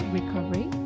Recovery